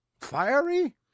fiery